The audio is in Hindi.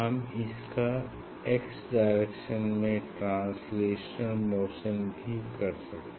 हम इसका एक्स डायरेक्शन में ट्रांसलेशनल मोशन भी कर सकते हैं